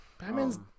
Batman's